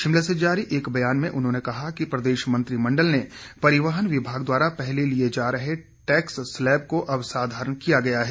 शिमला से जारी एक बयान में उन्होंने कहा कि प्रदेश मंत्रिमंडल ने परिवहन विभाग द्वारा पहले लिए जा रहे टैक्स स्लैब को अब साधारण किया गया है